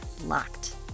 locked